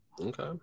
Okay